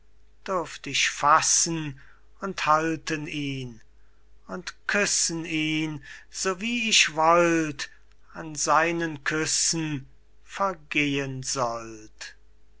dürft ich fassen und halten ihn und küssen ihn so wie ich wollt an seinen küssen vergehen sollt